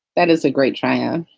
that is a great china